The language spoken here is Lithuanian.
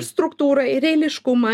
struktūrą ir eiliškumą